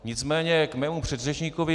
Nicméně k mému předřečníkovi.